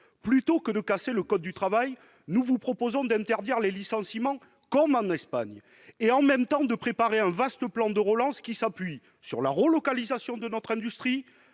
Plutôt que de casser le code du travail, nous vous proposons d'interdire les licenciements comme en Espagne, et, en même temps, de préparer un vaste plan de relance qui s'appuie sur la relocalisation de notre industrie,